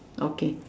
okay